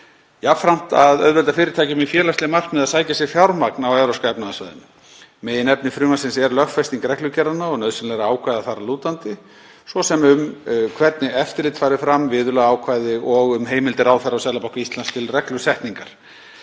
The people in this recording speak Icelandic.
Jafnframt að auðvelda fyrirtækjum með félagsleg markmið að sækja sér fjármagn á Evrópska efnahagssvæðinu. Meginefni frumvarpsins er lögfesting reglugerðanna og nauðsynlegra ákvæða þar að lútandi, svo sem um hvernig eftirlit fari fram, viðurlagaákvæði og um heimildir ráðherra og Seðlabanka Íslands til reglusetningar.